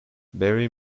barry